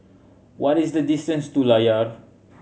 what is the distance to Layar